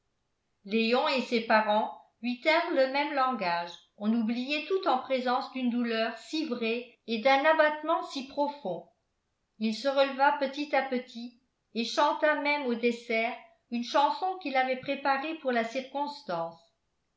léon et ses parents lui tinrent le même langage on oubliait tout en présence d'une douleur si vraie et d'un abattement si profond il se releva petit à petit et chanta même au dessert une chanson qu'il avait préparée pour la circonstance